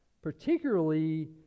Particularly